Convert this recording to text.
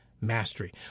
mastery